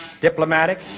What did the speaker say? diplomatic